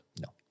No